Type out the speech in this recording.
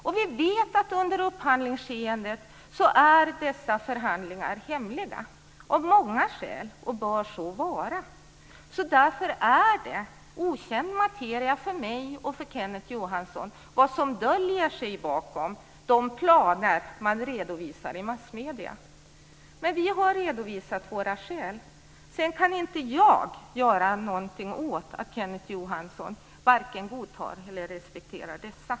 Och vi vet att förhandlingarna under upphandlingsskedet är hemliga, av många skäl, och bör så vara. Därför är det okänd materia för mig och för Kenneth Johansson vad som döljer sig bakom de planer som redovisas i massmedierna. Men vi har redovisat våra skäl. Sedan kan inte jag göra någonting åt att Kenneth Johansson inte godtar eller respekterar dem.